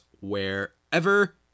wherever